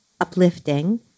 uplifting